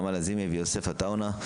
נעמה לזימי ויוסף עטאונה.